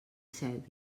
set